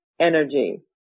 energy